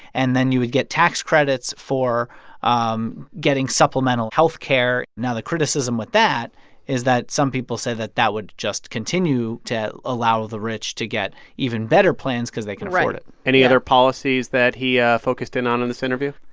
and then you would get tax credits for um getting supplemental health care now, the criticism with that is that some people say that that would just continue to allow the rich to get even better plans cause they. right. can afford it yeah any other policies that he ah focused in on in this interview?